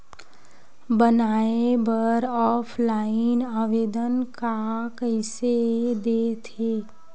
बनाये बर ऑफलाइन आवेदन का कइसे दे थे?